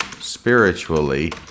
spiritually